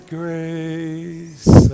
grace